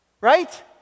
Right